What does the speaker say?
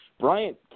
Bryant